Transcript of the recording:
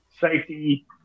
safety